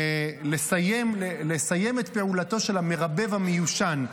לסיים את פעולתו של המרבב המיושן,